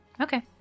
Okay